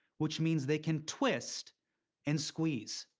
which means they can twist and squeeze.